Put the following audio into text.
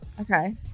Okay